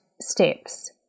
steps